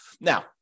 Now